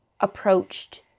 approached